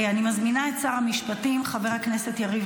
אני מזמינה את שר המשפטים חבר הכנסת יריב